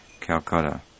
Calcutta